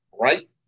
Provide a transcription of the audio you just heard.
right